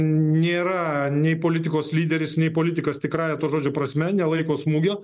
nėra nei politikos lyderis nei politikas tikrąja to žodžio prasme nelaiko smūgio